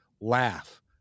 laugh